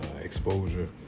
exposure